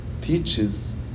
teaches